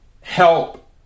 help